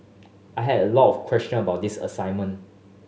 I had a lot of question about this assignment